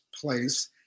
place